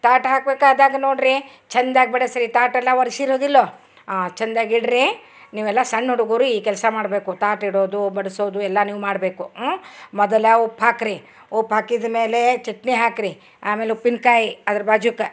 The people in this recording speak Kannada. ತಾಟ ಹಾಕ್ಬೇಕು ಆದಾಗ ನೋಡ್ರಿ ಚಂದಾಗಿ ಬಡಸ್ರಿ ತಾಟಲ್ಲ ವರ್ಸಿರೊದಿಲ್ಲೊ ಚಂದಾಗೆ ಇಡ್ರಿ ನೀವೆಲ್ಲ ಸಣ್ಣ ಹುಡುಗರು ಈ ಕೆಲಸ ಮಾಡಬೇಕು ತಾಟ ಇಡೋದು ಬಡ್ಸೋದು ಎಲ್ಲ ನೀವು ಮಾಡಬೇಕು ಮೊದಲು ಉಪ್ಪು ಹಾಕ್ರಿ ಉಪ್ಪು ಹಾಕಿದ್ಮೇಲೆ ಚಟ್ನಿ ಹಾಕ್ರಿ ಆಮೇಲೆ ಉಪ್ಪಿನಕಾಯಿ ಅದ್ರ ಬಾಜುಕ